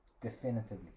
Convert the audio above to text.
definitively